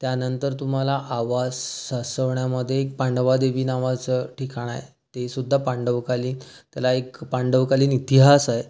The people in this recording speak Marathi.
त्यानंतर तुम्हाला आवास सासवण्यामध्ये पांडवादेवी नावाचं ठिकाण आहे तेसुद्धा पांडवकालीन त्याला एक पांडवकालीन इतिहास आहे